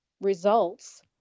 results